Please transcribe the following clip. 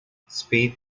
speed